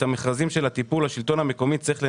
את המכרזים של הטיפול השלטון המקומי צריך לנהל,